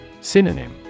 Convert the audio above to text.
Synonym